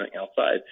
outside